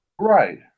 Right